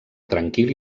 tranquil